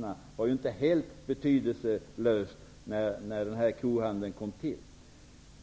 inte var helt betydelselöst när kohandeln kom till.